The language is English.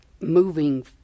moving